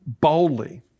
boldly